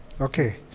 Okay